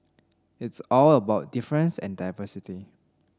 it's all about difference and diversity